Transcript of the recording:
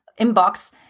inbox